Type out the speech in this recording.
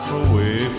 away